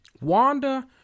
Wanda